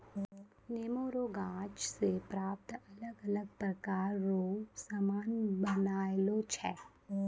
नेमो रो गाछ से प्राप्त अलग अलग प्रकार रो समान बनायलो छै